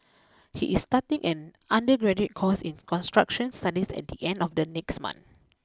he is starting an undergraduate course in construction studies at the end of the next month